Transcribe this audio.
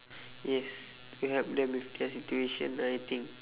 yes to help them with their situation I think